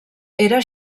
era